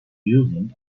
using